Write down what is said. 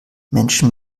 menschen